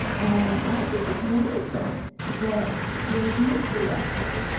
and i think it's wonderful that there's mystery out there,